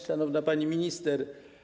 Szanowna Pani Minister!